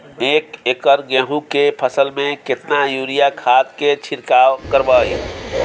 एक एकर गेहूँ के फसल में केतना यूरिया खाद के छिरकाव करबैई?